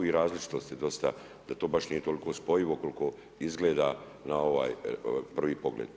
različitosti dosta, da to baš nije toliko spojivo koliko izgleda na prvi pogled.